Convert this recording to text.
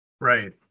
Right